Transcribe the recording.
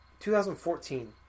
2014